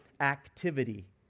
activity